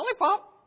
lollipop